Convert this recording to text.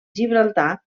gibraltar